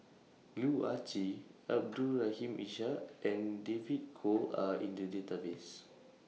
Loh Ah Chee Abdul Rahim Ishak and David Kwo Are in The Database